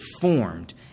formed